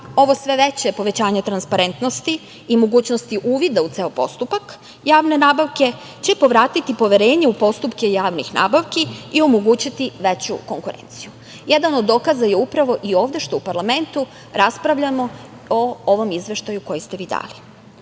ovo sve veće povećanje transparentnosti i mogućnosti uvida u ceo postupak javne nabavke će povratiti poverenje u postupke javnih nabavki i omogućiti veću konkurenciju. Jedan od dokaza je upravo i ovde, što u parlamentu raspravljamo o ovom Izveštaju koji ste vi